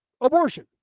abortion